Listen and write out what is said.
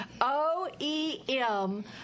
o-e-m